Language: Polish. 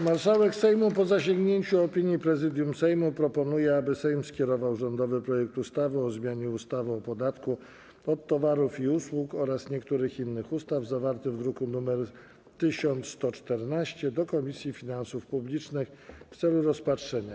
Marszałek Sejmu, po zasięgnięciu opinii Prezydium Sejmu, proponuje, aby Sejm skierował rządowy projekt ustawy o zmianie ustawy o podatku od towarów i usług oraz niektórych innych ustaw, zawarty w druku nr 1114, do Komisji Finansów Publicznych w celu rozpatrzenia.